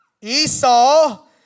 Esau